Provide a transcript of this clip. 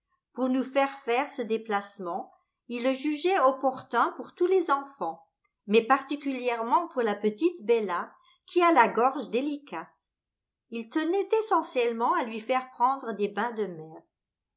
pour nous faire faire ce déplacement il le jugeait opportun pour tous les enfants mais particulièrement pour la petite bella qui a la gorge délicate il tenait essentiellement à lui faire prendre des bains de mer